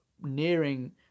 nearing